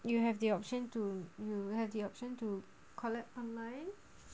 you have the option to you have the option to collect online